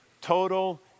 total